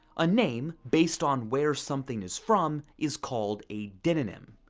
a name based on where something is from is called a demonym,